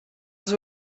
els